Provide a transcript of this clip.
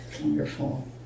wonderful